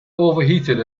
overheated